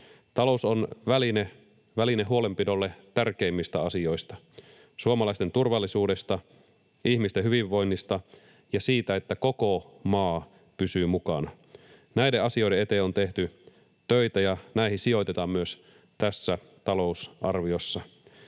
Talous on väline, väline huolenpidolle tärkeimmistä asioista: suomalaisten turvallisuudesta, ihmisten hyvinvoinnista ja siitä, että koko maa pysyy mukana. Näiden asioiden eteen on tehty töitä, ja näihin sijoitetaan myös tässä talousarviossa.